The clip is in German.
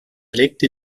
legte